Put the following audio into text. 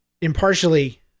impartially